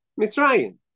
Mitzrayim